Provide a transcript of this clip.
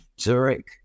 Zurich